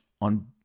on